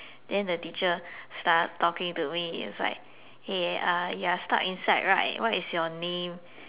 then the teacher start talking to me is like hey uh you are stuck inside right what is your name